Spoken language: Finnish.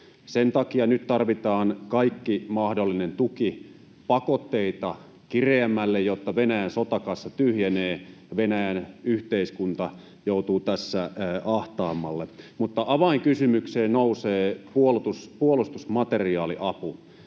Sen takia nyt tarvitaan kaikki mahdollinen tuki, pakotteita kireämmälle, jotta Venäjän sotakassa tyhjenee ja Venäjän yhteiskunta joutuu tässä ahtaammalle. Mutta avainkysymykseen nousee puolustusmateriaaliapu.